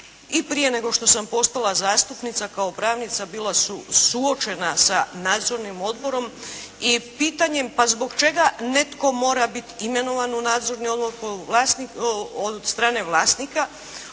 i prije nego što sam postala zastupnica kao pravnica bila suočena sa nadzornim odborom i pitanjem pa zbog čega netko mora biti imenovan u nadzorni odbor od strane vlasnika.